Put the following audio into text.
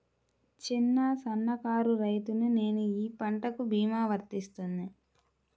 చిన్న సన్న కారు రైతును నేను ఈ పంట భీమా వర్తిస్తుంది?